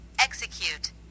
Execute